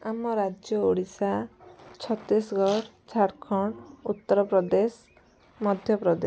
ଆମ ରାଜ୍ୟ ଓଡ଼ିଶା ଛତିଶଗଡ଼ ଝାଡ଼ଖଣ୍ଡ ଉତ୍ତରପ୍ରଦେଶ ମଧ୍ୟପ୍ରଦେଶ